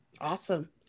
Awesome